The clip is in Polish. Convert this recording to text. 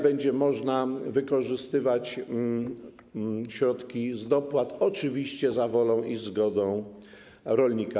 Będzie można wykorzystywać środki z dopłat, oczywiście za wolą i zgodą rolnika.